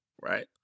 right